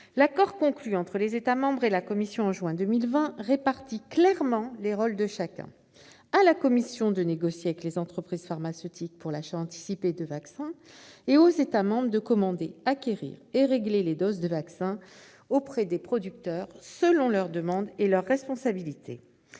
L'accord conclu entre les États membres et la Commission en juin 2020 répartit clairement les rôles de chacun : à la Commission de négocier avec les entreprises pharmaceutiques pour l'achat anticipé de vaccins ; aux États membres de commander, acquérir et régler les doses de vaccin auprès des producteurs, selon leurs demandes et leur responsabilité.